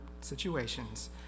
situations